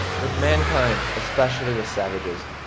with mankind, especially with savages,